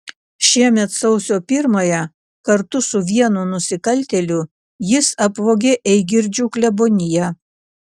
šiemet sausio pirmąją kartu su vienu nusikaltėliu jis apvogė eigirdžių kleboniją